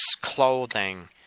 clothing